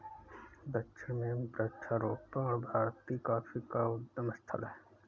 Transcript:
दक्षिण में वृक्षारोपण भारतीय कॉफी का उद्गम स्थल है